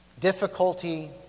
difficulty